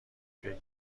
فکر